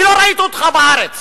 אני לא ראיתי אותך בארץ.